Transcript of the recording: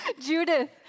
Judith